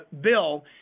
bill